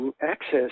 access